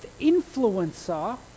influencer